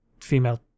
female